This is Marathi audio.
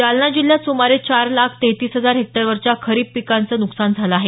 जालना जिल्ह्यात सुमारे चार लाख तेहतीस हजार हेक्टरवरच्या खरीप पिकांचं नुकसान झालं आहे